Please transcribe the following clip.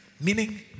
Meaning